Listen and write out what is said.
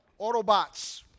Autobots